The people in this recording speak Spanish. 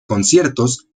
conciertos